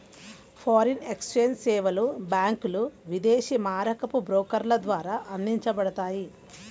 foreign exchange సేవలు బ్యాంకులు, విదేశీ మారకపు బ్రోకర్ల ద్వారా అందించబడతాయి